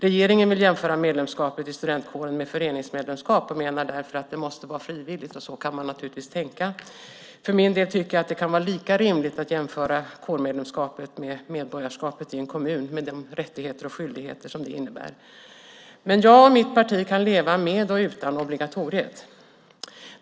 Regeringen vill jämföra medlemskapet i studentkåren med föreningsmedlemskap och menar därför att det måste vara frivilligt. Så kan man naturligtvis tänka. För min del tycker jag att det kan vara lika rimligt att jämföra kårmedlemskapet med medborgarskapet i en kommun med de rättigheter och skyldigheter som det innebär. Jag och mitt parti kan leva med och utan obligatoriet.